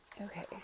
Okay